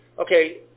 okay